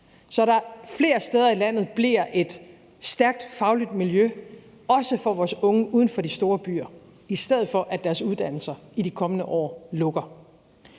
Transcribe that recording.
så der flere steder i landet bliver et stærkt fagligt miljø, også for vores unge uden for de store byer, i stedet for at deres uddannelser i de kommende år lukker.